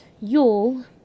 Yule